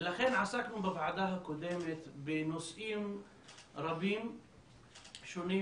ולכן עסקנו בוועדה הקודמת בנושאים רבים שונים